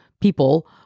people